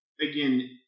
again